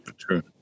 true